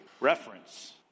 reference